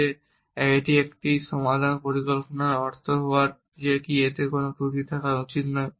যে এটি একটি সমাধান পরিকল্পনা হওয়ার অর্থ কী যে এতে কোনও ত্রুটি থাকা উচিত নয়